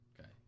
Okay